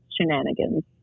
shenanigans